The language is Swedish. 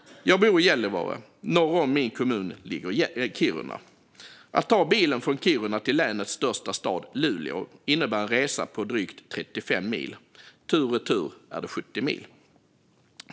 Jag bor i Gällivare. Norr om min kommun ligger Kiruna. Att ta bilen från Kiruna till länets största stad, Luleå, innebär en resa på drygt 35 mil. Tur och retur är det 70 mil.